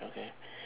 okay